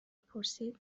پرسید